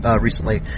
recently